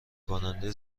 کننده